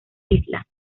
isla